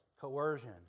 coercion